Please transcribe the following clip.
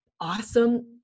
awesome